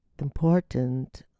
important